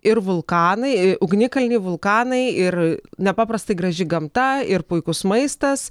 ir vulkanai ugnikalniai vulkanai ir nepaprastai graži gamta ir puikus maistas